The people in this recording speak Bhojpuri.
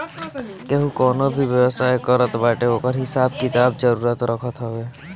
केहू कवनो भी व्यवसाय करत बाटे ओकर हिसाब किताब जरुर रखत हवे